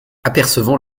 apercevant